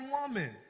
woman